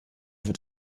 wird